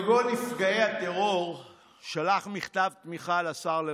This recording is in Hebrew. ארגון נפגעי הטרור שלח מכתב תמיכה לשר לוין.